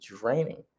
draining